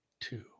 two